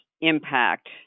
impact